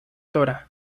dra